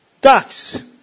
Ducks